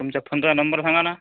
तुमच्या फोनचा नंबर सांगा ना